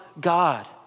God